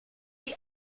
die